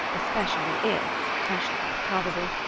especially if, as she thought probable,